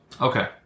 Okay